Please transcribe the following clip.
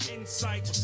Insight